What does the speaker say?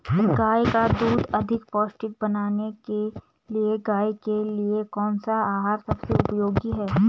गाय का दूध अधिक पौष्टिक बनाने के लिए गाय के लिए कौन सा आहार सबसे उपयोगी है?